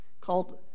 called